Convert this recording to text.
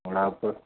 மிளகாத்தூள்